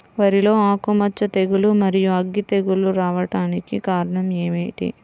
వరిలో ఆకుమచ్చ తెగులు, మరియు అగ్గి తెగులు రావడానికి కారణం ఏమిటి?